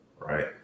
Right